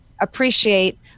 appreciate